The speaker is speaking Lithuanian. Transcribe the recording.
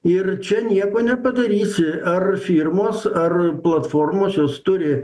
ir čia nieko nepadarysi ar firmos ar platformos jos turi